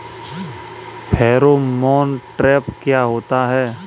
Pheromone trap क्या होता है?